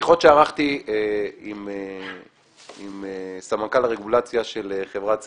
בשיחות שערכתי עם סמנכ"ל הרגולציה של חברת סלקום,